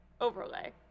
overlay